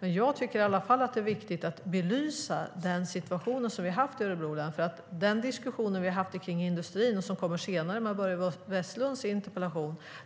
Jag tycker att det är viktigt att belysa den situation vi har haft i Örebro län. De diskussioner vi haft om industrin tas upp senare i debatten om Börje Vestlunds interpellation.